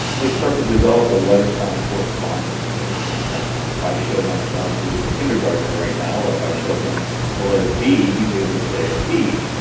they start to develop the letter-sound correspondence. so if i show my son who is a kindergartener right now, if i show him the letter b, he is able to say b,